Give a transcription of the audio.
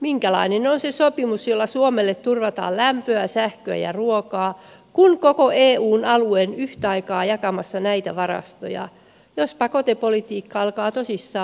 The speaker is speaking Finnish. minkälainen on se sopimus jolla suomelle turvataan lämpöä sähköä ja ruokaa kun koko eun alue on yhtä aikaa jakamassa näitä varastoja jos pakotepolitiikka alkaa tosissaan purra